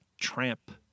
tramp